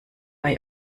bei